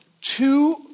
two